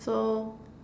so